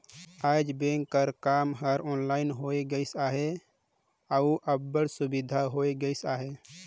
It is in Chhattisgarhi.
आएज बेंक कर काम हर ऑनलाइन होए गइस अहे अउ अब्बड़ सुबिधा होए गइस अहे